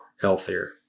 healthier